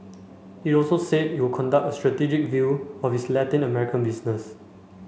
it also said it would conduct a strategic review of its Latin American business